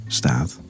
staat